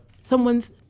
someone's